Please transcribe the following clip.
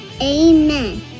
Amen